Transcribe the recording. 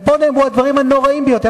ופה נאמרו הדברים הנוראיים ביותר.